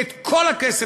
את כל הכסף,